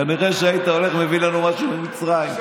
כנראה שהיית הולך, מביא לנו משהו ממצרים.